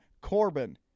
Corbin